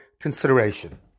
consideration